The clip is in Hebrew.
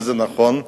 וזה נכון,